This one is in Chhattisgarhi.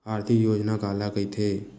आर्थिक योजना काला कइथे?